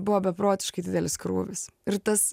buvo beprotiškai didelis krūvis ir tas